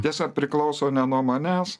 tiesa priklauso ne nuo manęs